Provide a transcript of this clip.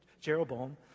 Jeroboam